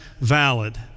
valid